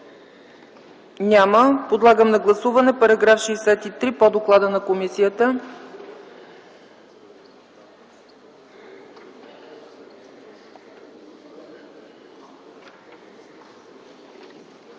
Няма. Подлагам на гласуване § 63 по доклада на комисията.